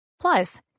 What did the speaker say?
Plus